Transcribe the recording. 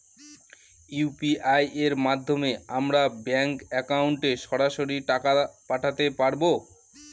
UPI এর মাধ্যমে আমরা ব্যাঙ্ক একাউন্টে সরাসরি টাকা পাঠাতে পারবো?